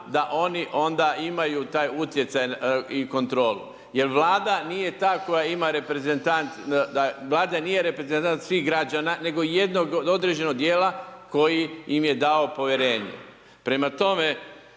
ta koja ima reprezentant, Vlada nije reprezentant svih građana nego jednog određenog dijela koji im je dao povjerenje. Prema tome,